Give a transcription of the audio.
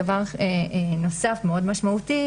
דבר נוסף ומאוד משמעותי,